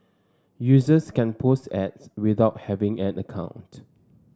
users can post ads without having an account